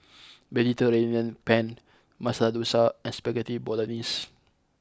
Mediterranean Penne Masala Dosa and Spaghetti Bolognese